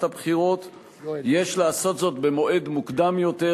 הבחירות יש לעשות זאת במועד מוקדם יותר,